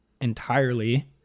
entirely